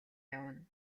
явна